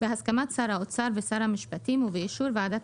בהסכמת שר האוצר ושר המשפטים ובאישור ועדת